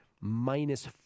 Minus